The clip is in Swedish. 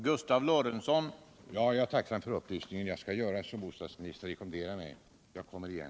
Herr talman! Jag är tacksam för upplysningen, jag skall göra som bo stadsministern rekommenderar. Jag kommer igen.